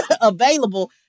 available